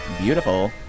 Beautiful